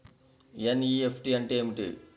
NEFT అంటే ఏమిటీ?